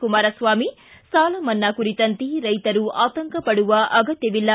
ಕುಮಾರಸ್ವಾಮಿ ಸಾಲ ಮನ್ನಾ ಕುರಿತಂತೆ ರೈತರು ಆತಂಕ ಪಡುವ ಅಗತ್ತವಿಲ್ಲ